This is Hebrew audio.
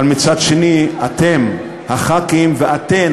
אבל מצד שני אתם, חברי הכנסת, ואתן,